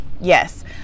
Yes